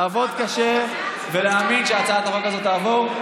לעבוד קשה ולהאמין שהצעת החוק הזאת תעבור.